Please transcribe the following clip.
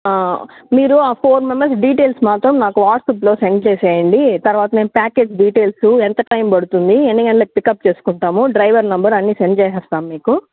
మీరు ఆ four members details మాత్రం నాకు వాట్సాప్లో సెండ్ చేసేయండి తర్వాత నేను ప్యాకేజ్ డీటెయిల్సు ఎంత టైము పడుతుంది ఎన్ని గంటలు పిక్ అప్ చేసుకుంటాము డ్రైవర్ నంబర్ అన్ని సెండ్ చేసేస్తాము మీకు